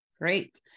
Great